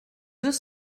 deux